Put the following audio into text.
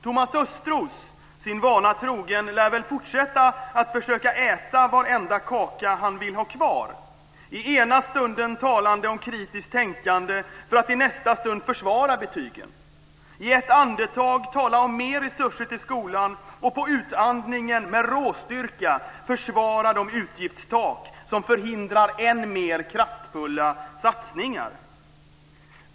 Thomas Östros, sin vana trogen, lär väl fortsätta att försöka äta varenda kaka han vill ha kvar genom att i ena stunden tala om kritiskt tänkande för att i nästa stund försvara betygen, och i ett andetag tala om mer resurser till skolan för att på utandningen med råstyrka försvara de utgiftstak som förhindrar än mer kraftfulla satsningar.